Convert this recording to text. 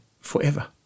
forever